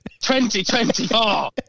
2024